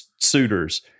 suitors